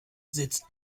sitzt